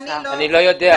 אני לא יודע.